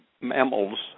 mammals